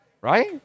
right